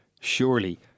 surely